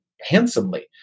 handsomely